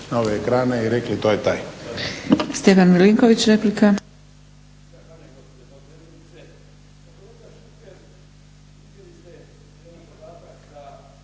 na ove ekrane i rekli to je taj.